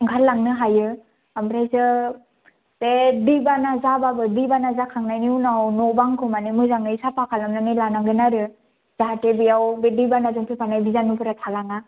ओंखारलांनो हायो ओमफ्रायसो बे दैबाना जाबाबो दैबाना जाखांनायनि उनाव न' बांखौ माने मोजाङै साफा खालामनानै लानांगोन आरो जाहाथे बेयाव बे दैबानाजों फैफानाय बिजानुफोरा थालाङा